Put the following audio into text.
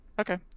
Okay